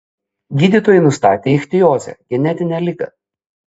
gydytojai nustatė ichtiozę genetinę ligą